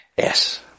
Yes